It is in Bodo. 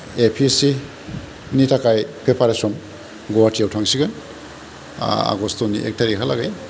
एपिएससि नि थाखाय फेपारेसन गहाटीयाव थांसिगोन आगष्टनि एक तारिखालागै